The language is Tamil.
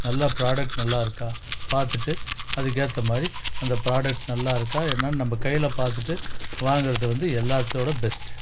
நல்லா ப்ராடக்ட் நல்லாருக்கா பாத்துட்டு அதுக்கேற்ற மாதிரி அந்த ப்ராடக்ட் நல்லாயிருக்கா என்னன்னு நம்ம கையில பார்த்துட்டு வாங்குவது வந்து எல்லாத்தோட பெஸ்ட்